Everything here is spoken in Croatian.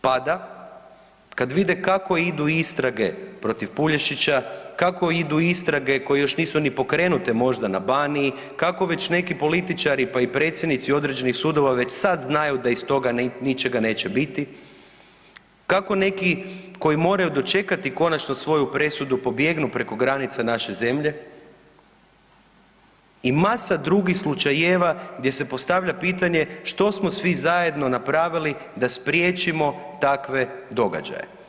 Pada kad vide kako idu istrage protiv Pulješića, kako idu istrage koje još nisu ni pokrenute možda na Baniji, kako već neki političari pa i predsjednici određenih sudova već sada znaju da iz toga ničega neće biti, kako neki koji moraju dočekati konačno svoju presudu pobjegnu preko granica naše zemlje i masa drugih slučajeva gdje se postavlja pitanje što smo svi zajedno napravili da spriječimo takve događaje.